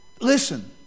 Listen